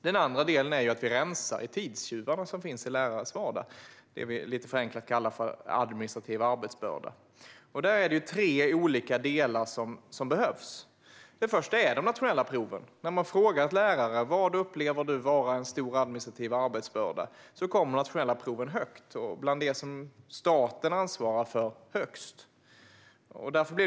Det andra är att vi rensar bland tidstjuvarna i lärares vardag, det som vi lite förenklat kallar för administrativ arbetsbörda. Det handlar om tre olika delar där. Den första är de nationella proven. Man har frågat lärare: Vad upplever du som en stor administrativ arbetsbörda? Då hamnar nationella proven högt upp på listan, och de hamnar högst upp på listan av uppgifter som staten ansvarar för.